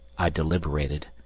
i deliberated,